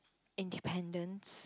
independence